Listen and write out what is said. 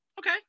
okay